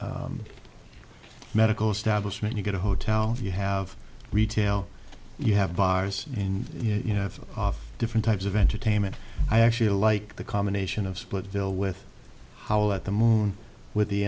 a medical establishment you get a hotel you have retail you have bars and you know have different types of entertainment i actually like the combination of splitsville with how at the moon with the